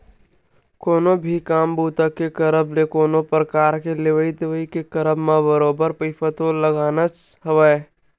कोनो भी काम बूता के करब ते कोनो परकार के लेवइ देवइ के करब म बरोबर पइसा तो लगनाच हवय